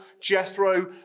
Jethro